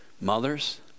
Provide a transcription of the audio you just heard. mothers